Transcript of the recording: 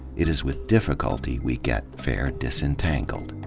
it is with difficulty we get fair disentangled.